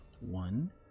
One